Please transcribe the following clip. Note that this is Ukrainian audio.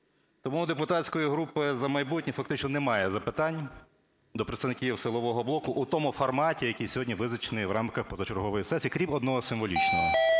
Тому в депутатської групи "За майбутнє" фактично немає запитань до представників силового блоку у тому форматі, який сьогодні визначений в рамках позачергової сесії, крім одного символічного,